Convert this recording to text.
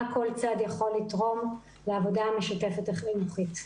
כל צד יכול לתרום לעבודה המשותפת החינוכית.